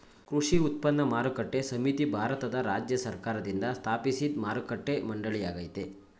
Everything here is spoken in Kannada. ಕೃಷಿ ಉತ್ಪನ್ನ ಮಾರುಕಟ್ಟೆ ಸಮಿತಿ ಭಾರತದ ರಾಜ್ಯ ಸರ್ಕಾರ್ದಿಂದ ಸ್ಥಾಪಿಸಿದ್ ಮಾರುಕಟ್ಟೆ ಮಂಡಳಿಯಾಗಯ್ತೆ